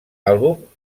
àlbum